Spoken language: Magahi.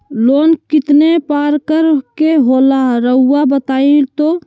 लोन कितने पारकर के होला रऊआ बताई तो?